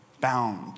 bound